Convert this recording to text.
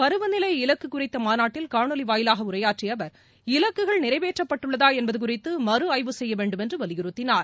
பருவநிலை இலக்கு குறித்த மாநாட்டில காணொலி வாயிவாக உரையாற்றிய அவர் இலக்குகள் நிறைவேற்றப்பட்டுள்ளதா என்பது குறித்து மறு ஆய்வு செய்ய வேண்டும் என்று வலியுறுத்தினார்